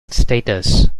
status